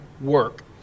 work